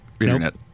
internet